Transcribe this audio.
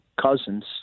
cousins